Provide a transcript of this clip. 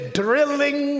drilling